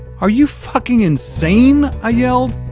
are you fucking insane? i yelled.